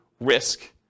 risk